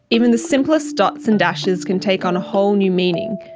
even the simplest dots and dashes can take on a whole new meaning.